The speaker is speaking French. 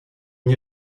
n’y